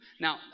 Now